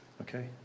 Okay